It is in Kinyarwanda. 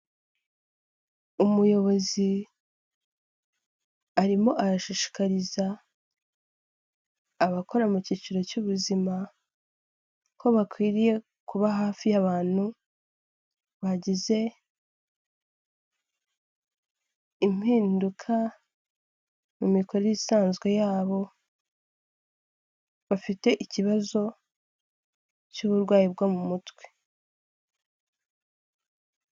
Umuyobozi arimo arashishikariza abakora mu cyiciro cy'ubuzima ko bakwiriye kuba hafi y'abantu bagize impinduka, mu mikorere isanzwe yabo, bafite ikibazo cy'uburwayi bwo mu mutwe.